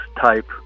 type